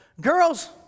girls